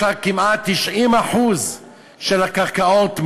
יש לה כמעט 90% של הקרקעות,